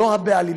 לא הבעלים.